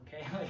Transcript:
okay